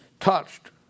touched